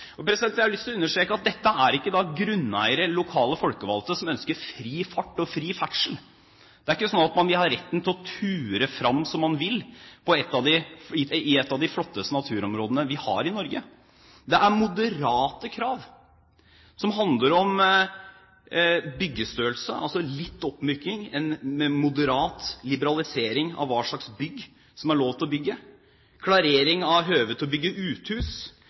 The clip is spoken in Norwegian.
Jeg har lyst til å understreke at dette er ikke grunneiere eller lokale folkevalgte som ønsker fri fart og fri ferdsel. Det er ikke sånn at man vil ha retten til å ture fram som man vil i et av de flotteste naturområdene vi har i Norge. Det er moderate krav som handler om byggestørrelse, altså litt oppmyking, en moderat liberalisering av hva slags bygg som det er lov til å bygge, klarering av høve til å bygge uthus,